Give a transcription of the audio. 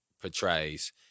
portrays